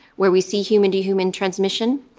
where we see human-to-human transmission.